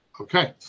okay